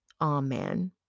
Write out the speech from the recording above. Amen